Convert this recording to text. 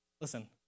listen